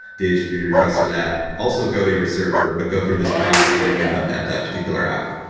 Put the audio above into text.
the http request for that also go to your server, but go through this proxy and end up at that particular app.